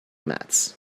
mats